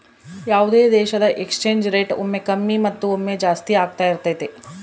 ಯಾವುದೇ ದೇಶದ exchange rate ಒಮ್ಮೆ ಕಮ್ಮಿ ಮತ್ತು ಜಾಸ್ತಿ ಆಗ್ತಾ ಇರತೈತಿ